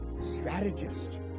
strategist